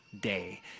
day